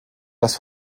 das